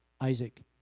Isaac